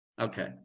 Okay